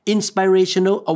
Inspirational